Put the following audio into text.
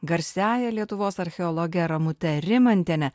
garsiąja lietuvos archeologe ramute rimantiene